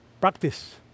Practice